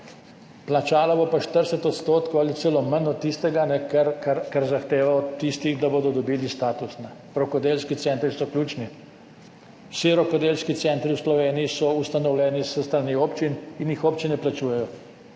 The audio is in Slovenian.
plačala bo pa 40 % ali celo manj od tistega kar zahteva od tistih, da bodo dobili status. Rokodelski centri so ključni. Vsi rokodelski centri v Sloveniji so ustanovljeni s strani občin in jih občine plačujejo,